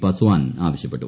പസ്വാൻ ആവശ്യപ്പെട്ടു